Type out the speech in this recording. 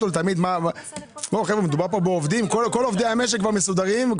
כל עובדי המשק מסודרים,